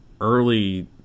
early